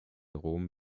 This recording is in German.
rom